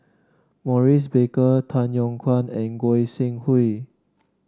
Maurice Baker Tay Yong Kwang and Goi Seng Hui